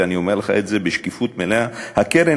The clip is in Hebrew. ואני אומר לך את זה בשקיפות מלאה: הקרן